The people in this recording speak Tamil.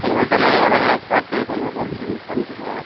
கொஞ்சம் வயசானவங்கள்லாம் வர்றாங்க பார்த்து கொஞ்சம் கொறைச்சி பண்ணிக் கொடுங்க